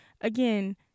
Again